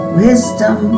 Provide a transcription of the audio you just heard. wisdom